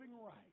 right